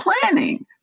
planning